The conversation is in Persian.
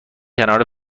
کنار